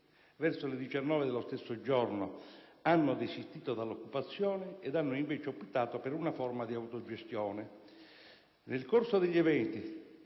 verso le 19 dello stesso giorno hanno desistito dall'occupazione ed hanno invece optato per una forma di autogestione. Nel corso degli eventi,